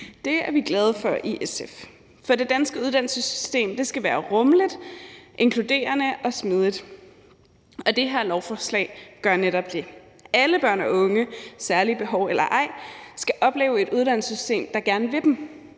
det er vi glade for i SF. For det danske uddannelsessystem skal være rummeligt, inkluderende og smidigt, og det her lovforslag gør netop det. Alle børn og unge – særlige behov eller ej – skal opleve et uddannelsessystem, der gerne vil dem.